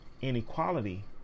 inequality